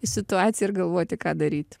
į situaciją ir galvoti ką daryt